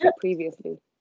previously